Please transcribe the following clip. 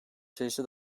sayısı